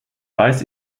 weiß